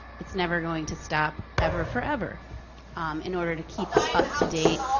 it's never going to stop ever forever in order to keep up-to-date,